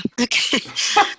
Okay